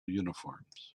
uniforms